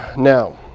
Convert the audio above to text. now,